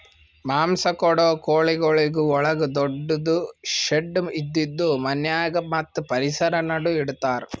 ಮಾಂಸ ಕೊಡೋ ಕೋಳಿಗೊಳಿಗ್ ಒಳಗ ದೊಡ್ಡು ಶೆಡ್ ಇದ್ದಿದು ಮನ್ಯಾಗ ಮತ್ತ್ ಪರಿಸರ ನಡು ಇಡತಾರ್